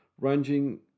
ranging